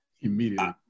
immediately